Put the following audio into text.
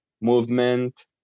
movement